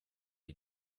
you